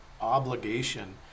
obligation